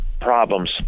problems